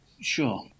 Sure